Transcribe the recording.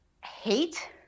hate